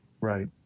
Right